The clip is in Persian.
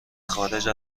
خارج